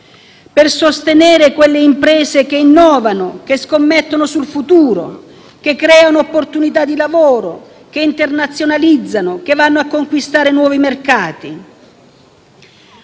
e sostenere quelle imprese che innovano, scommettono sul futuro, creano opportunità di lavoro, internazionalizzano e vanno a conquistare nuovi mercati.